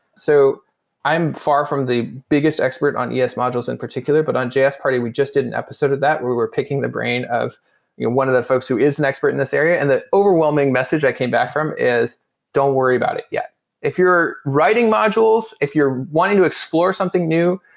so i'm far from the biggest expert on yeah es modules in particular, but on js party, we just did an episode of that. we were picking the brain of one of the folks who is an expert in this area. and the overwhelming message i came back from is don't worry about it yet if you're writing modules, if you're wanting to explore something new,